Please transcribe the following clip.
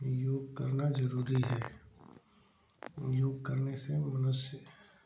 योग करना ज़रूरी है योग करने से मनुष्य